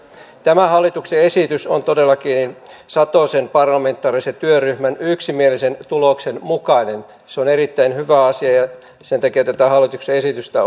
tämä hallituksen esitys on todellakin satosen parlamentaarisen työryhmän yksimielisen tuloksen mukainen se on erittäin hyvä asia ja sen takia tätä hallituksen esitystä